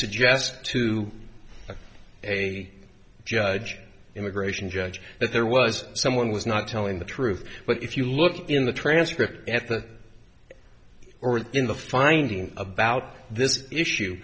suggest to a judge immigration judge that there was someone was not telling the truth but if you look in the transcript at the or in the finding about this issue